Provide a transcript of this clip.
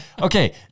okay